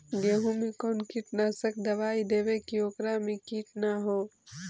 गेहूं में कोन कीटनाशक दबाइ देबै कि ओकरा मे किट न हो?